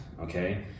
okay